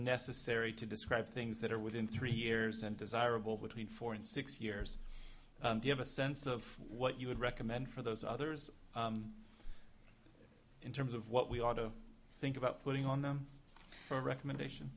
necessary to describe things that are within three years and desirable between four and six years give a sense of what you would recommend for those others in terms of what we ought to think about putting on them for recommendation